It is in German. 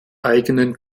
eigenen